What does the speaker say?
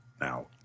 now